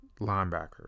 linebacker